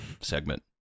segment